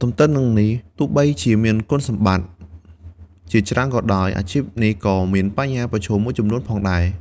ទន្ទឹមនឹងនេះទោះបីជាមានគុណសម្បត្តិជាច្រើនក៏ដោយ អាជីពនេះក៏មានបញ្ហាប្រឈមមួយចំនួនផងដែរ។